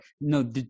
no